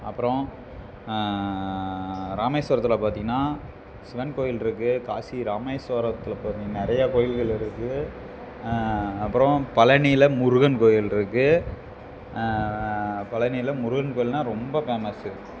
அப்புறம் ராமேஸ்வரத்தில் பார்த்தீங்கன்னா சிவன் கோவில் இருக்குது காசி ராமேஸ்வரத்தில் பார்த்தீங்கன்னா நிறையா கோவில்கள் இருக்குது அப்புறம் பழனில முருகன் கோயில் இருக்குது பழனில முருகன் கோவில்னா ரொம்ப ஃபேமஸு